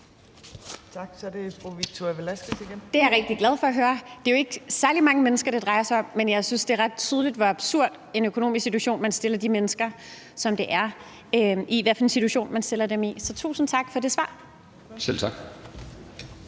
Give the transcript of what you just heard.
igen. Kl. 15:55 Victoria Velasquez (EL): Det er jeg rigtig glad for at høre. Det er jo ikke særlig mange mennesker, det drejer sig om, men jeg synes, det er ret tydeligt, hvor absurd en økonomisk situation man stiller de mennesker, som det drejer sig om, i. Så tusind tak for det svar. Kl.